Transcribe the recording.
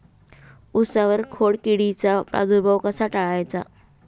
उसावर खोडकिडीचा प्रादुर्भाव कसा टाळायचा?